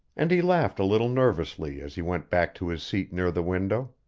and he laughed a little nervously as he went back to his seat near the window.